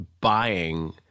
buying